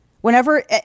Whenever